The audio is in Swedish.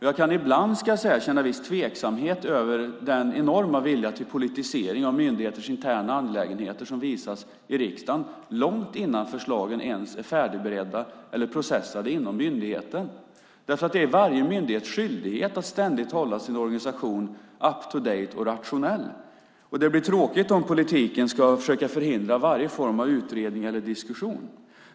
Jag kan ibland, ska jag säga, känna en viss tveksamhet över den enorma vilja till politisering av myndigheters interna angelägenheter som visas i riksdagen, långt innan förslagen ens är färdigberedda eller processade inom myndigheten. Det är ju varje myndighets skyldighet att ständigt hålla sin organisation up-to-date och rationell. Det blir tråkigt om politiken ska försöka förhindra varje form av utredning eller diskussion.